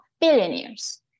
billionaires